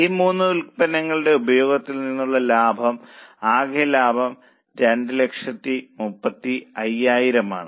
ഈ മൂന്ന് ഉൽപ്പന്നങ്ങളുടെ ഉപയോഗത്തിൽ നിന്നുള്ള ആകെ ലാഭം 2 35000 ആണ്